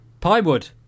Pinewood